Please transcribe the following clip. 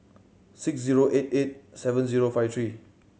six zero eight eight seven zero five three